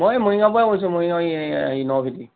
মই মৰিগাঁৱৰ পৰা কৈছোঁ মৰিগাঁও এই নভেটি